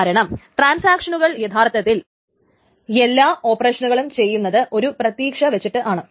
കാരണം ട്രാൻസാക്ഷനുകൾ യഥാർത്ഥത്തിൽ എല്ലാ ഓപ്പറേഷനുകളും ചെയ്യുന്നത് ഒരു പ്രതീക്ഷ വച്ചിട്ടാണ്